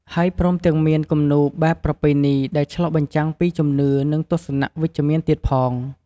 ហើយព្រមទាំងមានគំនូរបែបប្រពៃណីដែលឆ្លុះបញ្ចាំងពីជំនឿ និងទស្សនៈវិជ្ជមានទៀតផង។